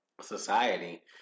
society